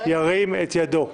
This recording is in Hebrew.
ירים את ידו?